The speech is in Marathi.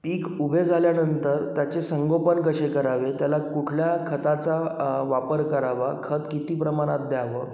पीक उभे झाल्यानंतर त्याचे संगोपन कसे करावे त्याला कुठल्या खताचा वापर करावा खत किती प्रमाणात द्यावं